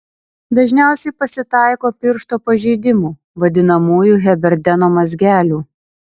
dažniausiai pasitaiko piršto pažeidimų vadinamųjų heberdeno mazgelių